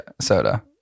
soda